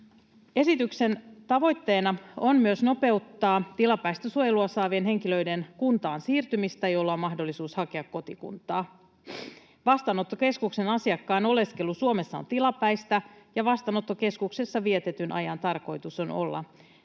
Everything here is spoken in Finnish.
Esityksen tavoitteena on myös nopeuttaa sellaisten tilapäistä suojelua saavien henkilöiden kuntaan siirtymistä, joilla on mahdollisuus hakea kotikuntaa. Vastaanottokeskuksen asiakkaan oleskelu Suomessa on tilapäistä, ja vastaanottokeskuksessa vietetyn ajan on tarkoitus olla lyhyt.